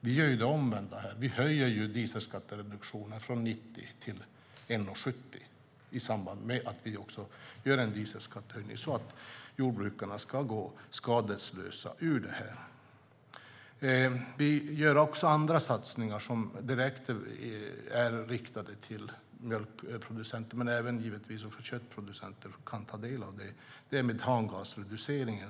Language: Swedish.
Vi gör det omvända, nämligen att dieselskattereduktionen höjs från 90 öre till 1,70 kronor i samband med höjningen av dieselskatten så att jordbrukarna ska hållas skadeslösa. Regeringen gör också andra satsningar som är direkt riktade till mjölkproducenter, och givetvis kan även köttproducenter ta del av dem. Vi fördubblar ersättningen till metangasreducering.